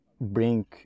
bring